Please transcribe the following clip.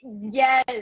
yes